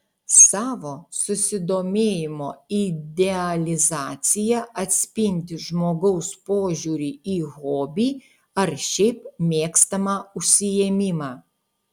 savo susidomėjimo idealizacija atspindi žmogaus požiūrį į hobį ar šiaip mėgstamą užsiėmimą